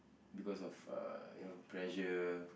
because of uh you know pressure